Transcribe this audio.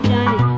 Johnny